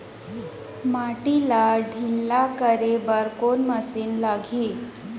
माटी ला ढिल्ला करे बर कोन मशीन लागही?